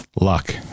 Luck